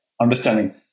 understanding